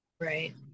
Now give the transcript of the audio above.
Right